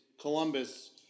Columbus